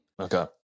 Okay